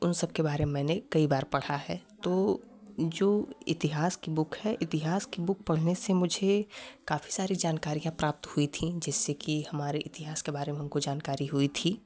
उन सब के बारे में मैंने कई बार पढ़ा है तो जो इतिहास की बुक है इतिहास की बुक पढ़ने से मुझे काफ़ी सारी जानकारियाँ प्राप्त हुई थी जिससे कि हमारे इतिहास के बारे में हमको जानकारी हुई थी